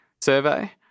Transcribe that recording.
survey